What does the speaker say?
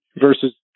versus